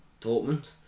Dortmund